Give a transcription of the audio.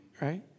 right